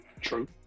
True